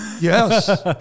Yes